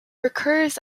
recurs